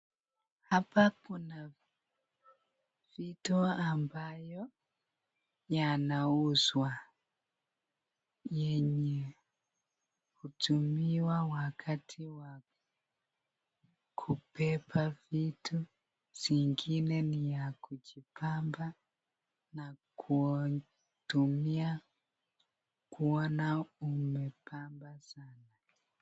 Hapa kuna vitu ambayo yanauzwa yenye kutumiwa wakati wa kubeba vitu, zingine ni ya kujipapamba na kutumia kuona umepamba sana.